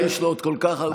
יש לו עוד כל כך הרבה זמן,